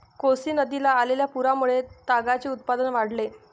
कोसी नदीला आलेल्या पुरामुळे तागाचे उत्पादन वाढले